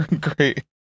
Great